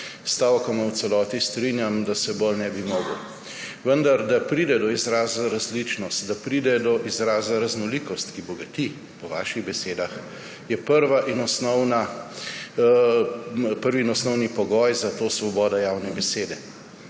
stavkoma v celoti strinjam, da se bolj ne bi mogel. Vendar da pride do izraza različnost, da pride do izraza raznolikost, ki bogati, po vaših besedah, je prvi in osnovni pogoj svoboda javne besede.